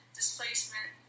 displacement